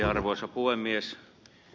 arvoisa puhemies